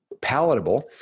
palatable